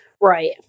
Right